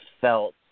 felt